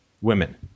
women